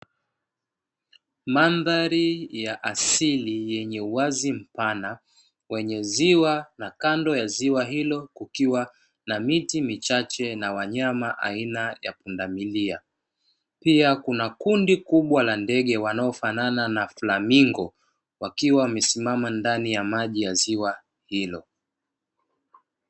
Mandhari ya asili yenye uwazi mpana wenye ziwa, na kando ya ziwa hilo kukiwa na miti michache na wanyama aina ya pundamilia, pia kuna kundi kubwa la ndege wanaofanana na flamingo wakiwa wamesimama ndani ya maji ya ziwa hilo.